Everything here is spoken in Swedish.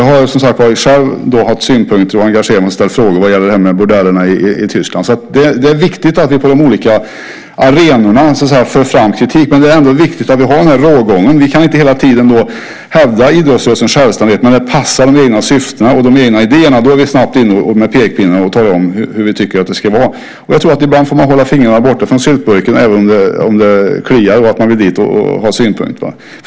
Jag har som sagt själv haft synpunkter, engagerat mig och ställt frågor vad gäller bordellerna i Tyskland. Det är viktigt att vi för fram kritik på de olika arenorna, men det är ändå viktigt att vi har den här rågången. Vi kan inte hela tiden hävda idrottsrörelsens självständighet när det passar de egna syftena. När det passar våra egna idéer är vi snabbt inne med pekpinnar och talar om hur vi tycker att det ska vara. Jag tror att man ibland får hålla fingrarna borta från syltburken även om det kliar och man vill dit och ha synpunkter.